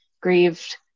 grieved